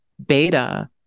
Beta